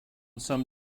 some